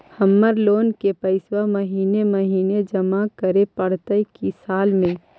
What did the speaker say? हमर लोन के पैसा महिने महिने जमा करे पड़तै कि साल में?